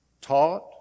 taught